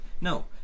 No